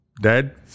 Dad